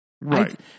Right